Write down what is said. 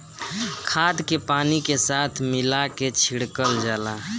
खाद के पानी के साथ मिला के छिड़कल जाला